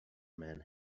man